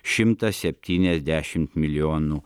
šimtą septyniasdešimt milijonų